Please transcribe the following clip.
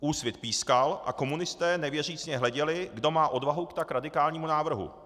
Úsvit pískal a komunisté nevěřícně hleděli, kdo má odvahu k tak radikálnímu návrhu.